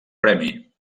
premi